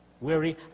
weary